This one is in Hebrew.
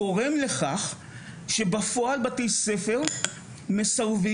גורם לכך שבפועל בתי ספר מסרבים,